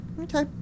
Okay